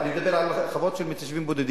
אנו מדבר על חוות של מתיישבים בודדים.